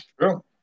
true